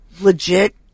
legit